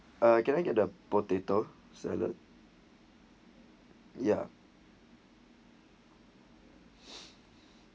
uh can I get the potato salad yeah